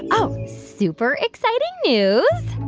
oh, super exciting news.